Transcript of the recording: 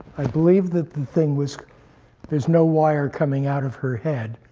i believe that the thing was there's no wire coming out of her head,